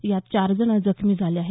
यात चार जण जखमी झाले आहेत